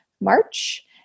March